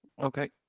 Okay